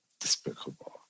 despicable